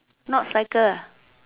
not cycle